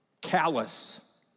callous